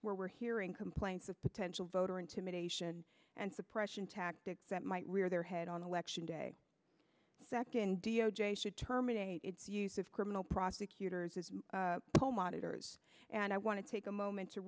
where we're hearing complaints of potential voter intimidation and suppression tactics that might rear their head on election day second d o j should terminate its use of criminal prosecutors as poll monitors and i want to take a moment to